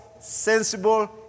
sensible